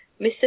Mr